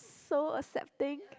so accepting